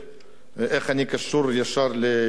איך אני קשור ישר לעניין הזה?